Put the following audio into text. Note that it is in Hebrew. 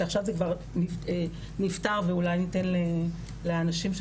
שעכשיו זה כבר נפתר ואולי נתן לאנשים של